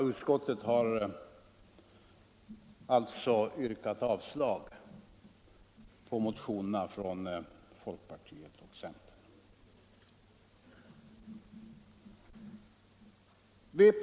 Utskottet har alltså yrkat avslag på motionerna från folkpartiet och centern.